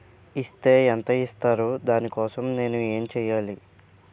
Is తే ఎంత ఇస్తారు దాని కోసం నేను ఎంచ్యేయాలి?